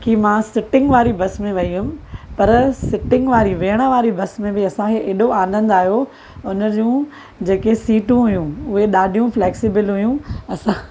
की मां सिटिंग वारी बस में वेही हुअमि परि सिटिंग वारी वेहण वारी बस में बि असांखे एॾो आनंदु आहियो उन जूं जेके सीटियूं हुयूं उहे ॾाढियूं फ्लैक्सिबल हुयूं असां